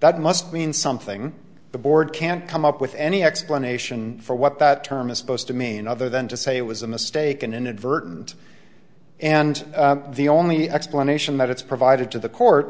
that must mean something the board can't come up with any explanation for what that term is supposed to mean other than to say it was a mistake an inadvertent and the only explanation that it's provided to the court